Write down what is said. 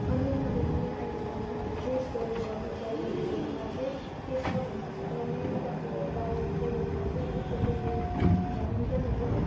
अनि अब मैले अहिलेसम्म अब फेस गरेको अब च्यालेन्जेसहरूमा चाहिँ के छ भन्दा चाहिँ अब मेन त अब दार्जिलिङ इडेनमा चाहिँ अब ओपिडी भनिन्छ नि त्यो